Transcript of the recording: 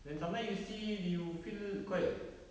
then sometimes you see you feel quite